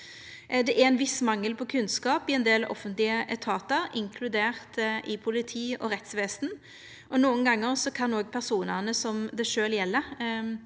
Det er ein viss mangel på kunnskap i ein del offentlege etatar, inkludert politi og rettsvesen, og nokre gonger kan også personane det gjeld,